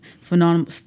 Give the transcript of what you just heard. phenomenal